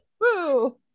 Woo